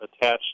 attached